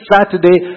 Saturday